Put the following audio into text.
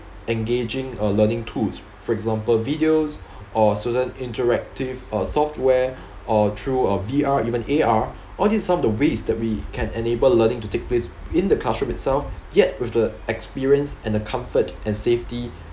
engaging a learning tools for example videos or student interactive uh software or through a V_R even A_R all these are some of the ways that we can enable learning to take place in the classroom itself yet with the experience and the comfort and safety